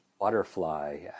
butterfly